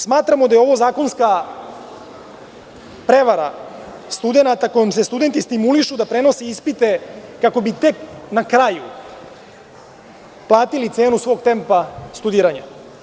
Smatramo da je ovo zakonska prevara studenata kojom se studenti stimulišu da prenose ispite kako bi tek na kraju platili cenu svog tempa studiranja.